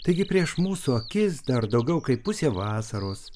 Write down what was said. taigi prieš mūsų akis dar daugiau kaip pusė vasaros